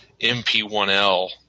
MP1L